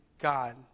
God